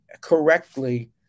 correctly